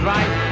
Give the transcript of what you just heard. Right